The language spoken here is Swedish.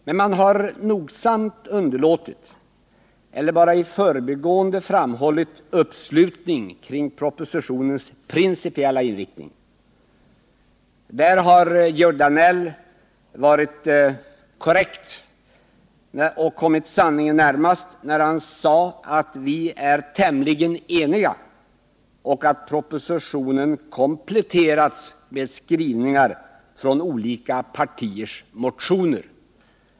Men man har nogsamt underlåtit eller endast i förbigående framhållit uppslutningen kring propositionens principiella inriktning. Georg Danell var korrekt och kom sanningen närmast när han sade att vi är tämligen eniga och att propositionen kompletterats med skrivningar från olika partiers motioner.